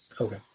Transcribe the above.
Okay